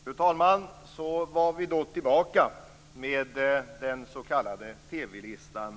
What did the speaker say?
Fru talman! Så är vi tillbaka i kammaren med den s.k. TV-listan.